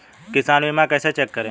किसान बीमा कैसे चेक करें?